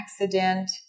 accident